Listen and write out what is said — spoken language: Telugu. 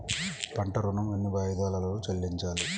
పంట ఋణం ఎన్ని వాయిదాలలో చెల్లించాలి?